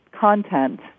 content